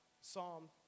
Psalm